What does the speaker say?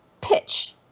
pitch